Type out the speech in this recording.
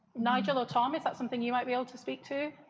nigel or tom, is that something you might be able to speak to?